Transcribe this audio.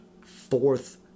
fourth